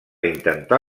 intentar